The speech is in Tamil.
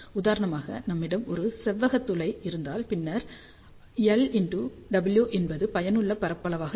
உதாரணமாக நம்மிடம் ஒரு செவ்வக துளை இருந்தால் பின்னர் LW என்பது பயனுள்ள பரப்பளவாக இருக்கும்